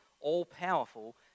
all-powerful